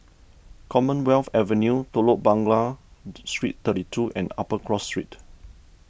Commonwealth Avenue Telok Blangah Street thirty two and Upper Cross Street